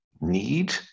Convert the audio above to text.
need